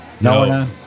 No